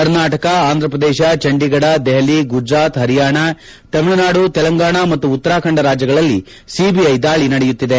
ಕರ್ನಾಟಕ ಆಂಧ್ರಪ್ರದೇಶ ಚಂಡೀಗಡ್ ದೆಹಲಿ ಗುಜರಾತ್ ಹರಿಯಾಣ ತಮಿಳುನಾಡು ತೆಲಂಗಾಣ ಮತ್ತು ಉತ್ತರಾಖಂದ ರಾಜ್ಯಗಳಲ್ಲಿ ಸಿಬಿಐ ದಾಳಿ ನಡೆಯುತ್ತಿದೆ